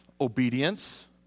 Obedience